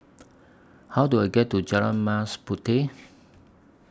How Do I get to Jalan Mas Puteh